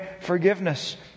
forgiveness